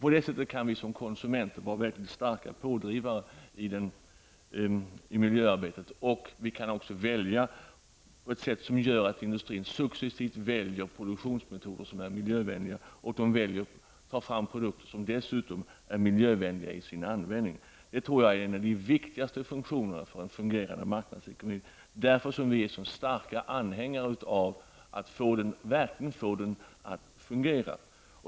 På det sättet kan vi som konsumenter vara starka pådrivare i miljöarbetet. Vi kan också välja på ett sätt som gör att industrin successivt övergår till produktionsmetoder som är miljövänliga och tar fram produkter som dessutom är miljövänliga i sin användning. Jag tror att de är de viktigaste funktionerna för en fungerande marknadsekonomi. Det är därför som vi i miljöpartiet är så starka anhängare av att verkligen få den att fungera.